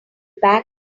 pack